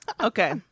Okay